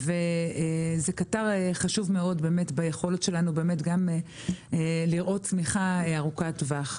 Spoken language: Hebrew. זה קטר חשוב מאוד ביכולת שלנו לראות צמיחה ארוכת טווח.